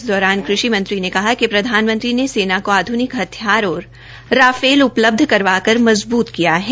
इस दौरान कृषि मंत्री ने कहा कि प्रधानमंत्री ने सेना को आध्निक हथियार और राफेल उपलब्ध करवा कर मज़बूत किया है